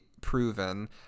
proven